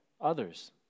others